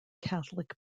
catholic